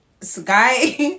sky